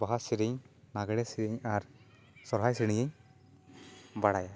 ᱵᱟᱦᱟ ᱥᱮᱨᱮᱧ ᱞᱟᱜᱽᱲᱮ ᱥᱮᱨᱮᱧ ᱟᱨ ᱥᱚᱨᱦᱟᱭ ᱥᱮᱨᱮᱧ ᱤᱧ ᱵᱟᱲᱟᱭᱟ